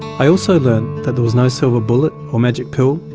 i also learnt that there was no silver bullet or magic pill.